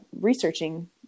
researching